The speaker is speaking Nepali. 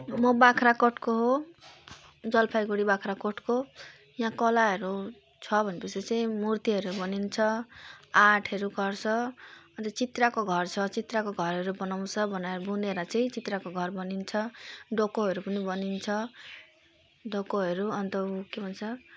म बाख्राकोटको हो जलपाइगुडी बाख्राकोटको यहाँ कलाहरू छ भनेपछि चाहिँ मूर्तिहरू बनिन्छ आर्टहरू गर्छ अनि त चित्राको घर छ चित्राको घरहरू बनाउँछ बनाए बुनेर चाहिँ चित्राको घर बनिन्छ डोकोहरू पनि बनिन्छ डोकोहरू अन्त के भन्छ